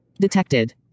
detected